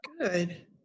Good